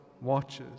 watches